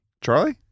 Charlie